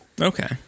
Okay